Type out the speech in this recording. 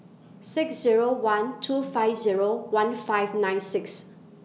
six Zero one two five Zero one five nine six